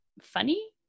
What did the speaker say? funny